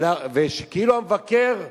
כאילו המבקר,